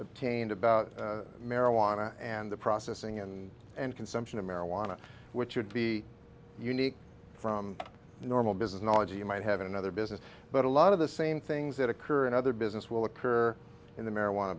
obtained about marijuana and the processing and and consumption of marijuana which would be unique from normal business knowledge you might have another business but a lot of the same things that occur in other business will occur in the marijuana